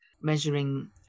measuring